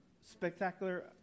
spectacular